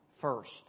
first